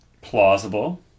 plausible